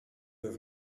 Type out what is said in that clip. have